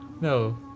No